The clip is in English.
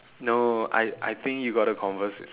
no I I think you gotta converse with